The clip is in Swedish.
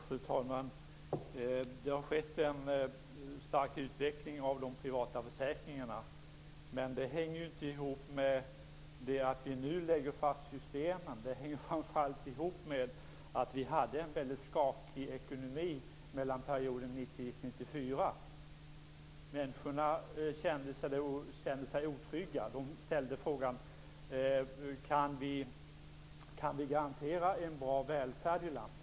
Fru talman! Det har skett en stark utveckling av de privata försäkringarna. Men det hänger ju inte ihop med att vi nu lägger fast systemen. Det hänger framför allt ihop med att vi hade en väldigt skakig ekonomi under perioden 1991-1994. Människor kände sig då otrygga. De ställde sig frågan: Kan vi garantera en bra välfärd i landet?